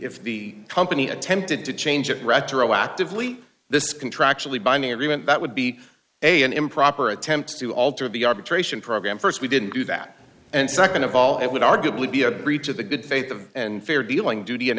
if the company attempted to change it retroactively this contractually binding agreement that would be a an improper attempt to alter the arbitration programme first we didn't do that and second of all it would arguably be a breach of the good faith and fair dealing duty in